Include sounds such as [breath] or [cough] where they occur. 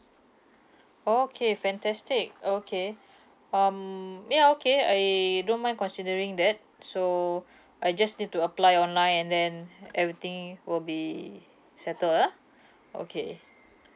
oh okay fantastic okay [breath] um ya okay I don't mind considering that so [breath] I just need to apply online and then ha~ everything will be settle ah [breath] okay